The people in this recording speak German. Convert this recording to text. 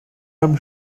allem